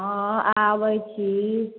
हँ आबै छी